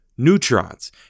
Neutrons